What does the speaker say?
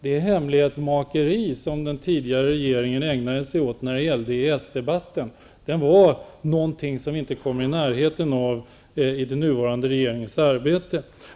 Det hemlighetsmakeri som den tidigare regeringen ägnade sig åt under EES debatten kommer inte ens i närheten när det gäller den nuvarande regeringens arbete.